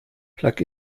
plug